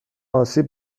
آسیب